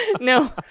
No